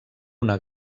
una